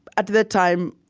at the time,